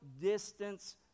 distance